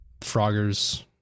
Froggers